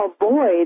avoid